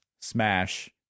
Smash